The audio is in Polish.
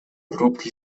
grupki